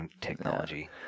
technology